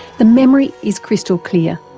the memory is crystal clear,